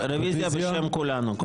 רוויזיה בשם כולנו.